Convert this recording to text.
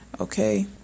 Okay